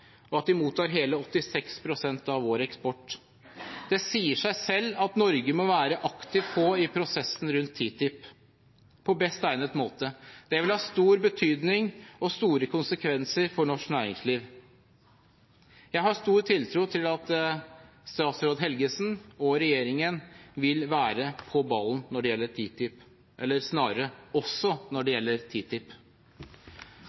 og at de mottar hele 86 pst. av vår eksport. Det sier seg selv at vi fra Norges side må være aktive i prosessen rundt TTIP, på best egnet måte. Det vil ha stor betydning og store konsekvenser for norsk næringsliv. Jeg har stor tiltro til at statsråd Helgesen og regjeringen vil være «på ballen» når det gjelder TTIP, eller snarere også når det